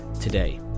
today